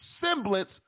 semblance